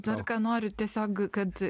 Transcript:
dar ką noriu tiesiog kad